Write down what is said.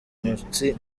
munsi